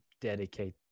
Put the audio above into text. dedicate